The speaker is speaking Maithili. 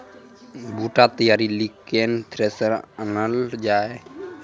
बूटा तैयारी ली केन थ्रेसर आनलऽ जाए?